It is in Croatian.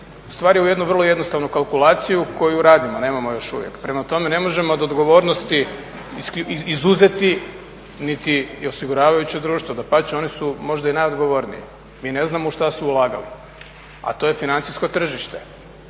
ustvari u jednu vrlo jednostavnu kalkulaciju koju radimo, nemamo još uvijek. Prema tome, ne možemo od odgovornosti izuzeti niti i osiguravajuće društvo, dapače oni su možda i najodgovorniji mi ne znamo u šta su ulagali a to je financijsko tržište.